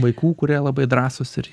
vaikų kurie labai drąsūs ir